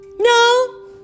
No